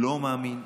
לא מאמין.